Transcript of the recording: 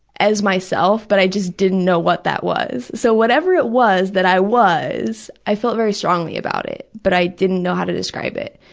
as myself, but i just didn't know what that was. so whatever it was that i was, i felt very strongly about it, but i didn't know how to describe it.